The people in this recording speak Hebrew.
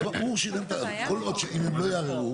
כידוע.